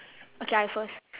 okay I first